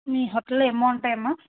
మీ హోటల్లో ఏమి బాగుంటాయి అమ్మా